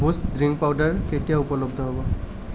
Boost drink powder কেতিয়া উপলব্ধ হ'ব